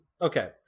Okay